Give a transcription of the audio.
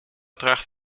draagt